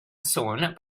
soon